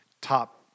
top